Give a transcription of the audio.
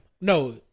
no